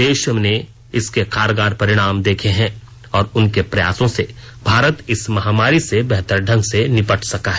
देश ने इसके कारगर परिणाम देखें हैं और उनके प्रयासों से भारत इस महामारी से बेहतर ढंग से निपट सका है